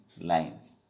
lines